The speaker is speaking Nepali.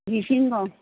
घिसिङ गाउँ